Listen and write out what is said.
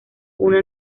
una